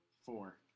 Four